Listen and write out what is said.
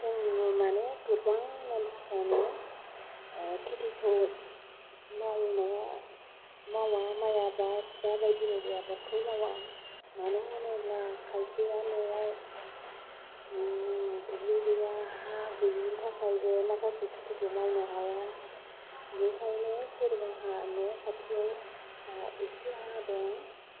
जों माने गोबान मानसिफ्रानो खेथिखौ मावनो मावा माइ आबाद दाबायदि माइ आबादखौ मावा मानो होनोब्ला खायसेया न'आव दुब्लि गैया हा गैयानि थाखायबो माखासे खेथिखौ मावनो हाया बेनिखायनो सोरबाफ्रा न' खाथिआव ज एसे हा दं